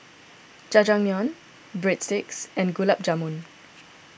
Jajangmyeon Breadsticks and Gulab Jamun